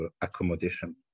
accommodation